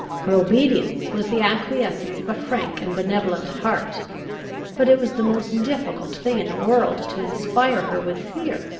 her obedience was the acquiescence of a frank and benevolent heart but it was the most difficult thing in the world to inspire her with fear.